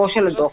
ביניהם.